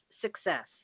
success